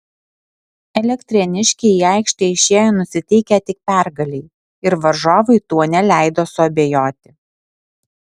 elektrėniškiai į aikštę išėjo nusiteikę tik pergalei ir varžovui tuo neleido suabejoti